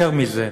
יותר מזה,